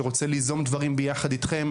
שרוצה ליזום דברים ביחד אתכם.